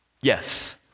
Yes